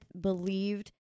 believed